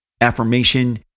affirmation